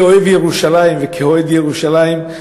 כאוהב ירושלים וכאוהד ירושלים,